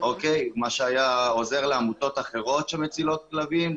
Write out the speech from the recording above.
מה שהיה עוזר לעמותות אחרות שמצילות כלבים.